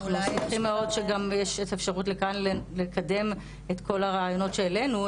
אנחנו שמחים מאוד שכאן יש אפשרות לקדם את כל הרעיונות שהעלינו,